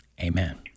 Amen